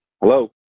hello